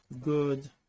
good